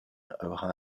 ohio